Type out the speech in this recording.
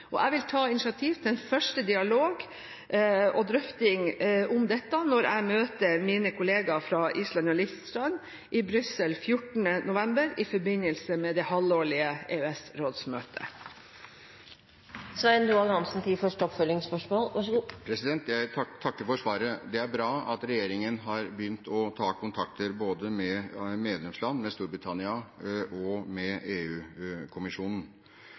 Jeg vil ta initiativ til en første dialog og drøfting om dette når jeg møter mine kolleger fra Island og Liechtenstein i Brussel 14. november, i forbindelse med det halvårlige EØS-rådsmøtet. Jeg takker for svaret. Det er bra at regjeringen har begynt å ta kontakt både med medlemsland, med Storbritannia og med